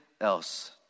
else